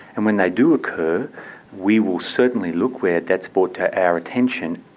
and when they do occur we will certainly look where that's brought to our attention.